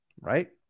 Right